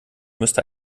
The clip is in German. müsste